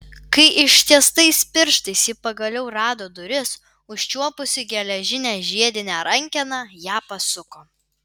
kai ištiestais pirštais ji pagaliau rado duris užčiuopusi geležinę žiedinę rankeną ją pasuko